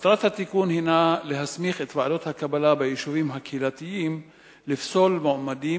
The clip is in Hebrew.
מטרת התיקון היא להסמיך את ועדות הקבלה ביישובים הקהילתיים לפסול מועמדים